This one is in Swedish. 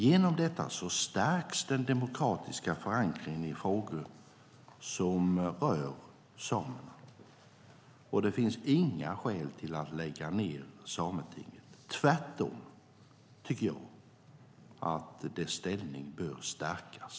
Genom detta stärks den demokratiska förankringen i frågor som rör samerna. Det finns inga skäl att lägga ned Sametinget. Tvärtom tycker jag att dess ställning bör stärkas.